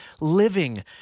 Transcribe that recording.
living